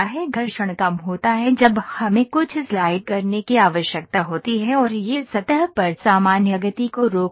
घर्षण कम होता है जब हमें कुछ स्लाइड करने की आवश्यकता होती है और यह सतह पर सामान्य गति को रोकता है